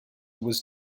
was